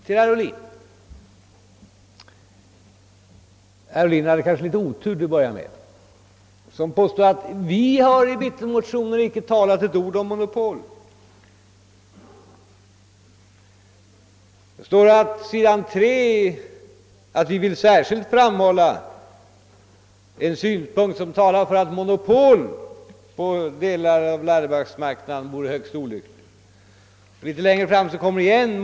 Herr Ohlin hade kanske litet otur i början då han påstod att det i mittenmotionen inte står ett ord om monopol. Man kan där dock läsa följande: » Vi vill särskilt framhålla en synpunkt som talar för att monopol eller offentlig dominans på hela eller delar av läromedelsmarknaden vore högst olyckligt.» Litet längre fram återkommer talet om -.